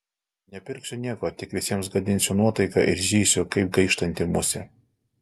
nepirksiu nieko tik visiems gadinsiu nuotaiką ir zysiu kaip gaištanti musė